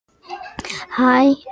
Hi